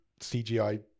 CGI